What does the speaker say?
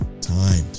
time